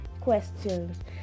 questions